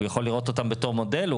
הוא יכול לראות אותם בתור מודל.